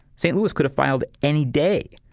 st. louise could've filed any day.